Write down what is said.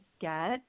get